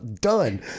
done